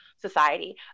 society